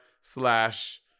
slash